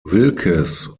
wilkes